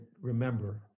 remember